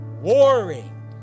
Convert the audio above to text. warring